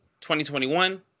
2021